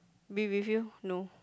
be with you no